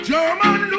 German